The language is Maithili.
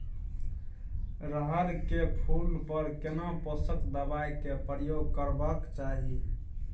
रहर के फूल पर केना पोषक दबाय के प्रयोग करबाक चाही?